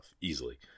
easily